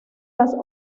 las